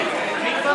אם כן,